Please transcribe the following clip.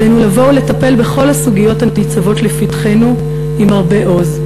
עלינו לבוא ולטפל בכל הסוגיות הניצבות לפתחנו עם הרבה עוז.